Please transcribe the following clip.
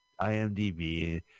IMDb